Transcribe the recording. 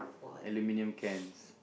aluminum cans